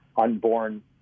unborn